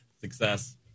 success